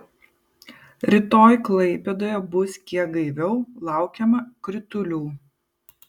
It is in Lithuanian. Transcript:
rytoj klaipėdoje bus kiek gaiviau laukiama kritulių